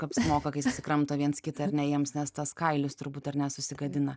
apsimoka kai susikramto viens kitą ar ne jiems nes tas kailis turbūt ar ne susigadina